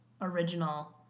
original